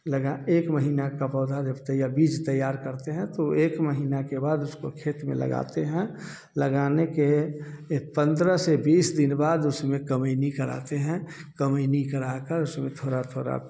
लगा एक महीना का पौधा जब तैयार बीज तैयार करते हैं तो एक महीना के बाद उसको खेत में लगाते हैं लगाने के पंद्रह से बीस दिन बाद उसमें कमयनी कराते हैं कमयनी करा कर उसमें थोड़ा थोड़ा